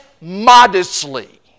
modestly